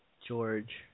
George